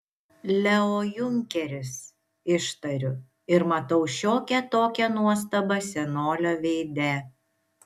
leo junkeris ištariu ir matau šiokią tokią nuostabą senolio veide